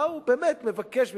מה הוא מבקש ממך?